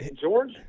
George